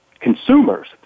consumers